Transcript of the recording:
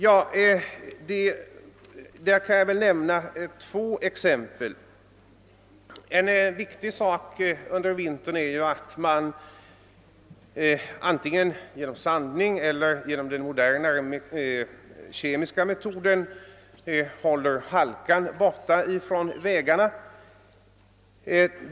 Jag kan nämna två exempel. En viktig sak under vintern är att man antingen genom sandning eller genom den modernare kemiska metoden håller halkan borta från vägarna.